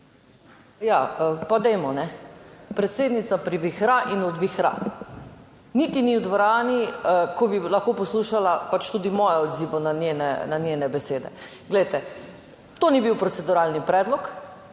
Ja, pa dajmo, ne. Predsednica privihra in odvihra. Niti ni v dvorani, ko bi lahko poslušala tudi moje odzive na njene besede. Glejte, to ni bil proceduralni predlog,